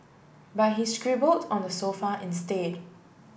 but he scribbled on the sofa instead